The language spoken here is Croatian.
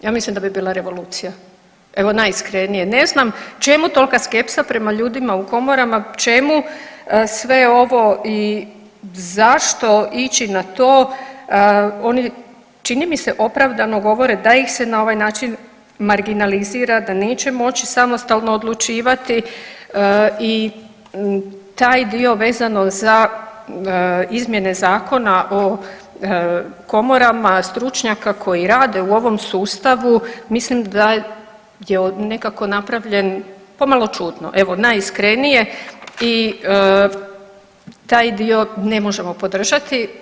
Ja mislim da bi bila revolucija, evo najiskrenije, ne znam čemu tolika skepsa prema ljudima u komorama, čemu sve ovo i zašto ići na to, oni čini mi se, opravdano govore da ih se na ovaj način marginalizira, da neće moći samostalno odlučivati i taj dio vezano za izmjene Zakona o komorama, stručnjaka koji rade u ovom sustavu, mislim da je nekako napravljen, pomalo čudno, evo najiskrenije i taj dio ne možemo podržati.